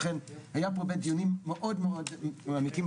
היו פה דיונים מאוד אמיתיים,